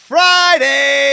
Friday